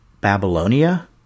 Babylonia